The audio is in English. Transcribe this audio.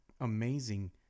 amazing